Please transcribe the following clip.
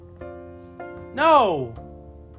No